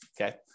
okay